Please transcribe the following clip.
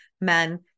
men